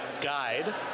guide